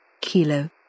Kilo